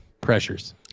Pressures